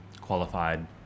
qualified